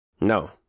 No